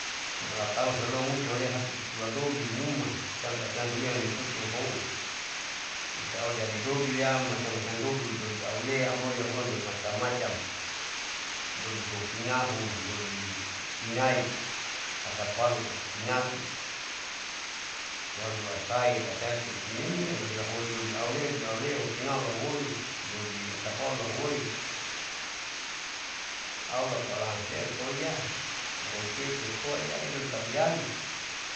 Inualn talu muse harus isulali dodol linuma siam tahu siam nidurin nipungsiam houn insya allah jadi doduliam macam macam dodoli, dodoli aulea amoi iyahulan bermacam macam dodolihoun kinahu dodoli kinahi hatapalu tati kinati barula sai lasaiti timenia huedodol aulea lokinahun lahuoi dodoli atapalu lahuoin allah kalo alangan nikoa yaalahuaripeeti yaaeya tahu iali.